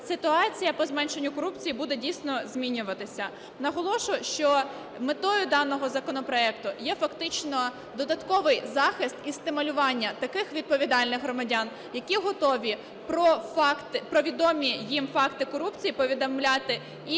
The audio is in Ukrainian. ситуація по зменшенню корупції буде, дійсно, змінюватися. Наголошую, що метою даного законопроекту є фактично додатковий захист і стимулювання таких відповідальних громадян, які готові про відомі їм факти корупції повідомляти і